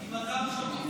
עם הדר ז'בוטינסקאי.